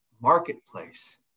marketplace